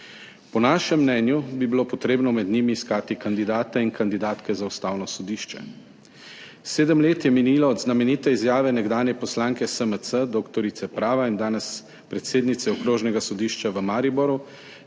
Po našem mnenju bi bilo potrebno med njimi iskati kandidate in kandidatke za ustavno sodišče. Sedem let je minilo od znamenite izjave nekdanje poslanke SMC, doktorice prava in danes predsednice okrožnega sodišča v Mariboru,